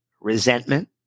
resentment